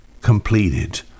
Completed